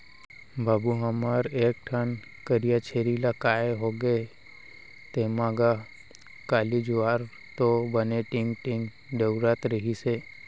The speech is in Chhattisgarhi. बाबू हमर एक ठन करिया छेरी ला काय होगे तेंमा गा, काली जुवार तो बने टींग टींग दउड़त रिहिस हे